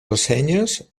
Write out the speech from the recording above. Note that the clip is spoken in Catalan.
ressenyes